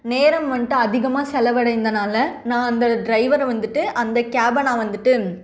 நேரம் வந்துட்டு அதிகமாக செலவடைந்தனால் நான் அந்த டிரைவரை வந்துவிட்டு அந்த கேப்பை நான் வந்துவிட்டு